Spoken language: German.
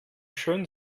schön